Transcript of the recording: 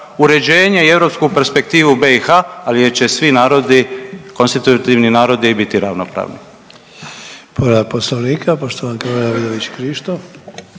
uređenje i europsku perspektivu BiH, ali i da će svi narodi, konstitutivni narodi biti ravnopravni.